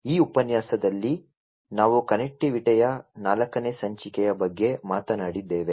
ಈ ಉಪನ್ಯಾಸದಲ್ಲಿ ನಾವು ಕನೆಕ್ಟಿವಿಟಿಯ 4 ನೇ ಸಂಚಿಕೆ ಬಗ್ಗೆ ಮಾತನಾಡಿದ್ದೇವೆ